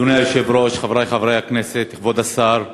אדוני היושב-ראש, חברי חברי הכנסת, כבוד השר,